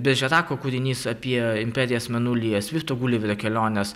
beržerako kūrinys apie imperijas mėnulyje svifto guliverio kelionės